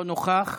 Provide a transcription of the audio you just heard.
לא נוכח,